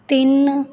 ਤਿੰਨ